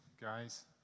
guys